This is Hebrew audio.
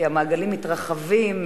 כי המעגלים מתרחבים,